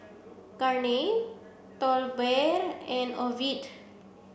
Garnet Tolbert and Ovid